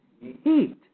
heat